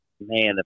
man